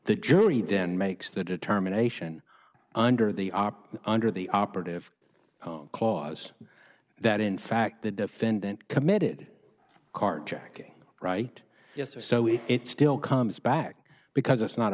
the jury then makes the determination under the are under the operative clause that in fact the defendant committed a carjacking right yes or so we it still comes back because it's not